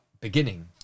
beginning